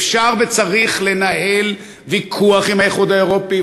אפשר וצריך לנהל ויכוח עם האיחוד האירופי,